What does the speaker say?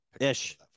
Ish